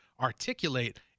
articulate